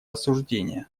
осуждения